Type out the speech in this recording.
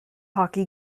hockey